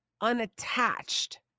unattached